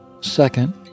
Second